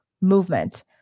movement